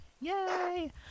yay